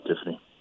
Tiffany